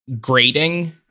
grading